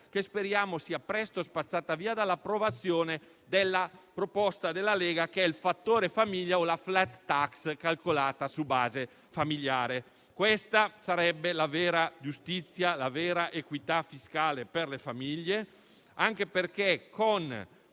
che speriamo sia presto spazzata via dall'approvazione della proposta della Lega, che è il "fattore famiglia" o la *flat tax* calcolata su base familiare. Questa sarebbe la vera giustizia, la vera equità fiscale per le famiglie. Con